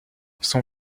son